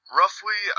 roughly